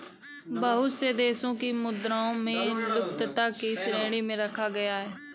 बहुत से देशों की मुद्राओं को लुप्तता की श्रेणी में रखा गया है